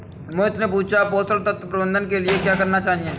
मोहित ने पूछा कि पोषण तत्व प्रबंधन के लिए क्या करना चाहिए?